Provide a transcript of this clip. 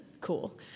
cool